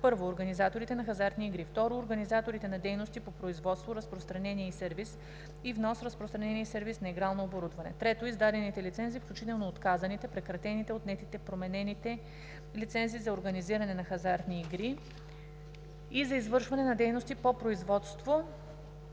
за: 1. организаторите на хазартни игри; 2. организаторите на дейности по производство, разпространение и сервиз и по внос, разпространение и сервиз на игрално оборудване; 3. издадените лицензи, включително отказаните, прекратените, отнетите, променените лицензи за организиране на хазартните игри и за извършване на дейности по производство,